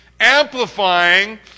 amplifying